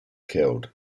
killed